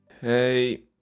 Hey